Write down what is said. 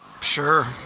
Sure